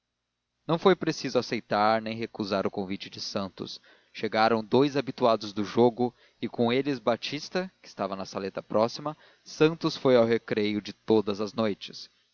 não foi preciso aceitar nem recusar o convite de santos chegaram dous habituados do jogo e com eles e batista que estava na saleta próxima santos foi ao recreio de todas as noites